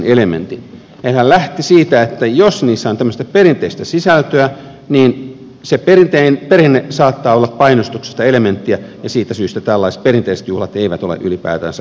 eli hän lähti siitä että jos niissä on tämmöistä perinteistä sisältöä niin se perinteinen perinne saattaa olla painostuksellista elementtiä ja siitä syystä tällaiset perinteiset juhlat eivät ole ylipäätänsä sallittuja